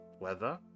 weather